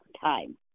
time